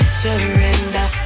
surrender